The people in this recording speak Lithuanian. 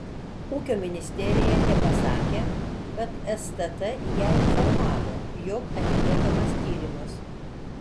ūkio ministerija tepasakė kad stt ją informavo jog atliekamas tyrimas